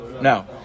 Now